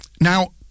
Now